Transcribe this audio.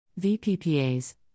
VPPAs